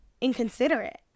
inconsiderate